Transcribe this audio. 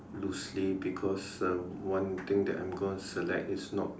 loosely because uh one thing that I'm gonna select is not